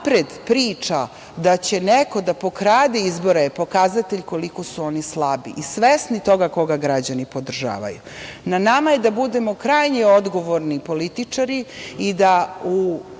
unapred priča da će neko da pokrade izbore je pokazatelj koliko su oni slabi i svesni toga koga građani podržavaju. Na nama je da budemo krajnje odgovorni političari i da u